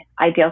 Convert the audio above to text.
ideal